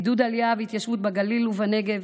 עידוד העלייה וההתיישבות בגליל ובנגב